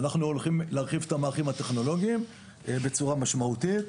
ואנחנו הולכים להרחיב את המערכים הטכנולוגיים בצורה משמעותית,